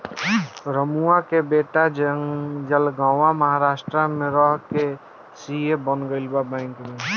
रमुआ के बेटा जलगांव महाराष्ट्र में रह के सी.ए बन गईल बा बैंक में